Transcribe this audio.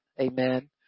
Amen